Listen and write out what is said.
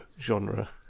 genre